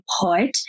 put